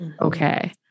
okay